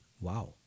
wow